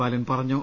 ബാലൻ പറഞ്ഞു